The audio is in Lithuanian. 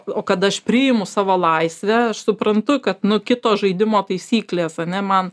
o kad aš priimu savo laisvę aš suprantu kad nu kito žaidimo taisyklės ane man